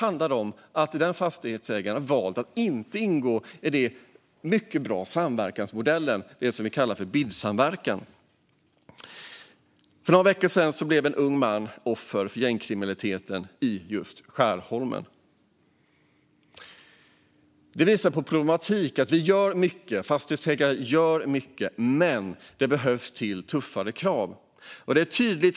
För någon vecka sedan föll en ung man offer för gängkriminaliteten i just Skärholmen. Detta visar på problematiken. Vi gör mycket, men det behövs tuffare krav. Det är tydligt.